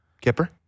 Kipper